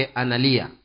analia